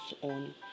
on